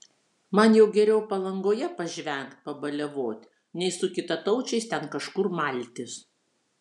man jau geriau palangoje pažvengt pabaliavot nei su kitataučiais ten kažkur maltis